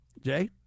Jay